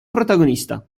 protagonista